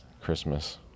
Christmas